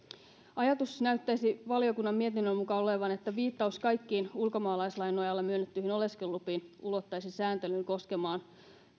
ajatus näyttäisi valiokunnan mietinnön mukaan olevan että viittaus kaikkiin ulkomaalaislain nojalla myönnettyihin oleskelulupiin ulottaisi sääntelyn koskemaan